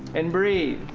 and breathe,